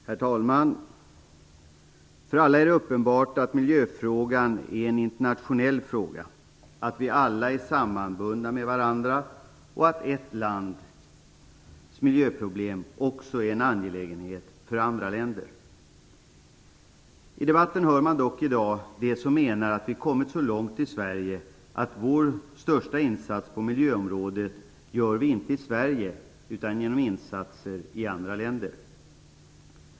Herr talman! Det är för alla uppenbart att miljöfrågan är en internationell fråga. Vi är alla sammanbundna med varandra, och ett lands miljöproblem är också en angelägenhet för andra länder. I debatten hör man dock i dag de som menar att vi har kommit så långt i Sverige att vår största insats på miljöområdet gör vi inte i Sverige utan genom insatser i andra länder.